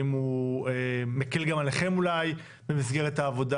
האם הוא מקל גם עליכם אולי במסגרת העבודה?